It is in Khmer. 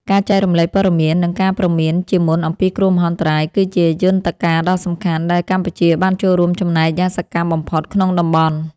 ការចែករំលែកព័ត៌មាន និងការព្រមានជាមុនអំពីគ្រោះមហន្តរាយ គឺជាយន្តការដ៏សំខាន់ដែលកម្ពុជាបានចូលរួមចំណែកយ៉ាងសកម្មបំផុតក្នុងតំបន់។